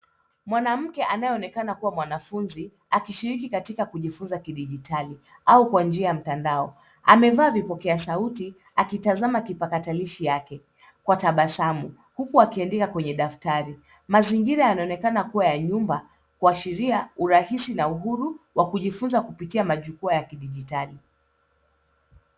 Mwanamke anayeonekana kuwa mwanafunzi, akishiriki katika kujifunza kidijitali au kwa njia ya mtandao. Amevaa vipokea sauti akitazama kipakatalishi yake kwa tabasamu kuku akiandika kwenye daftari. Mazingira yanaonekana kuwa ya nyumba, kuashiria urahisi na uhuru wa kujifunza kupitia majukwaa ya kidijitali.